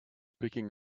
picking